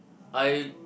I